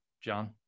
John